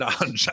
on